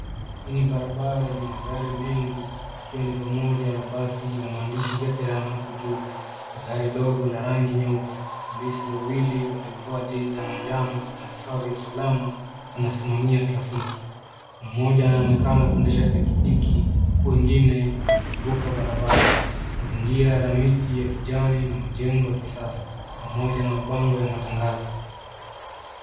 Ni barabara yenye magari mengi ikiwa ni pamoja na basi la maandishi Veteran hapo juu na gari dogo la rangi nyeupe. Polisi wawili waliovaa jezi za manjano na vifaa vya usalama wanasimamia trafiki. Kuna mmoja anaonekana kuendesha pikipiki huku wengine wakivuka barabara. Mazingira yana miti ya kijani na majengo ya kisasa pamoja na mabango ya matangazo.